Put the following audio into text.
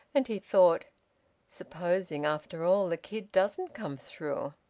and he thought supposing after all the kid doesn't come through?